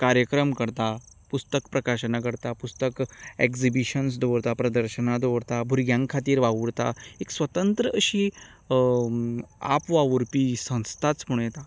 कार्यक्रम करता पुस्तक प्रकाशनां करता पुस्तक एक्जिबिशन्स दवरता प्रदर्शनां दवरता भुरग्यां खातीर वावुरता एक स्वतंत्र अशी आपवावुरपी ही संस्थाच म्हणूं येता